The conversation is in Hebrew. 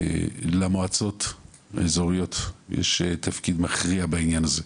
למועצות האזוריות יש תפקיד מכריע בעניין הזה,